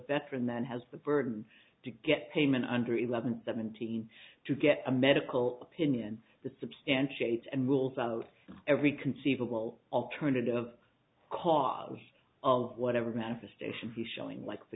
veteran then has the burden to get payment under eleven seventeen to get a medical opinion to substantiate and rules out every conceivable alternative of cause of whatever manifestation is showing like the